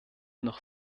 noch